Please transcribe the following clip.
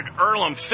Earlham